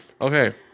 Okay